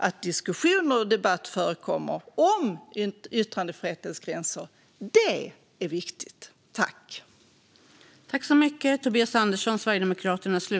Att diskussioner och debatt förekommer om yttrandefrihetens gränser är dock viktigt.